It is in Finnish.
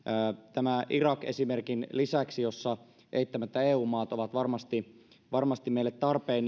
tämän irak esimerkin lisäksi jossa eittämättä eu maat ovat varmasti varmasti meille tarpeen